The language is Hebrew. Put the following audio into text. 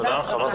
תודה רבה.